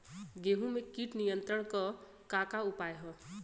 गेहूँ में कीट नियंत्रण क का का उपाय ह?